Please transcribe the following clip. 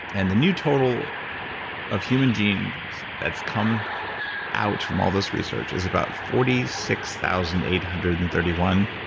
and the new total of human genes that's come out from all this research is about forty six thousand eight hundred and thirty one.